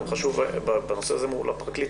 זה חשוב גם מול הפרקליטות,